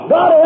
God